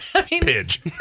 pidge